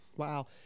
Wow